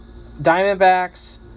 Diamondbacks